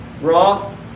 Raw